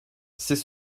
c’est